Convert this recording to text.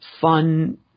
fun